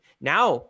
Now